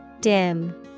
Dim